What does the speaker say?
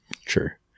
sure